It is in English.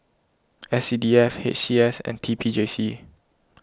S C D F H C S and T P J C